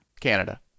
canada